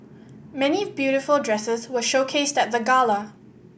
many beautiful dresses were showcased at the gala